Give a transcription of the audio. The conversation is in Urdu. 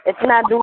اتنا دو